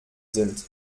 sind